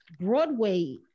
broadway